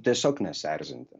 tiesiog nesierzinti